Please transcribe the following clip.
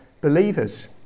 believers